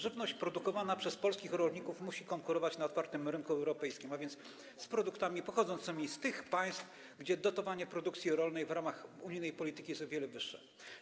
Żywność produkowana przez polskich rolników musi konkurować na otwartym rynku europejskim, a więc z produktami pochodzącymi z tych państw, gdzie dotowanie produkcji rolnej w ramach unijnej polityki jest o wiele wyższe.